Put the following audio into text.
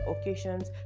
occasions